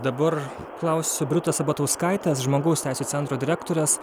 dabar klausiu birutės sabatauskaitės žmogaus teisių centro direktorės